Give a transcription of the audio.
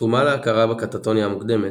"תרומה להכרה בקטטוניה המוקדמת",